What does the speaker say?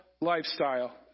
lifestyle